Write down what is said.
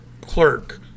clerk